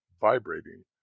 vibrating